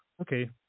Okay